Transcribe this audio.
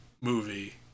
movie